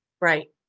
Right